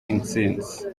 intsinzi